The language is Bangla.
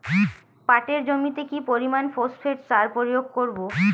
পাটের জমিতে কি পরিমান ফসফেট সার প্রয়োগ করব?